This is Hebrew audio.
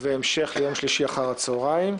והמשך ביום שלישי אחרי הצהריים.